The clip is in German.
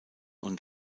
und